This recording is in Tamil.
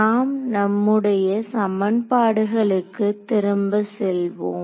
நாம் நம்முடைய சமன்பாடுகளுக்கு திரும்ப செல்வோம்